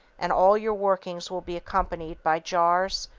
and all your workings will be accompanied by jars,